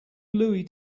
louie